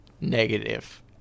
negative